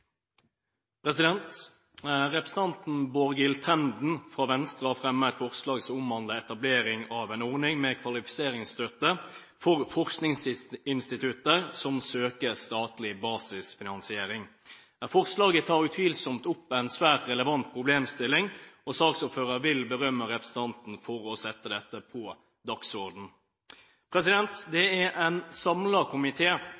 vedtatt. Representanten Borghild Tenden fra Venstre har fremmet et forslag som omhandler etablering av en ordning med kvalifiseringsstøtte for forskningsinstitutter som søker statlig basisfinansiering. Forslaget tar utvilsomt opp en svært relevant problemstilling, og som saksordfører vil jeg berømme representanten for å sette dette på dagsordenen. Det